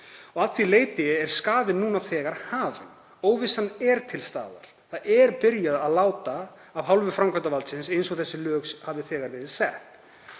Að því leyti er skaðinn núna þegar hafinn, óvissan er til staðar. Það er byrjað að láta af hálfu framkvæmdarvaldsins eins og þessi lög hafi þegar verið sett.